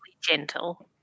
gentle